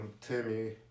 timmy